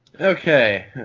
Okay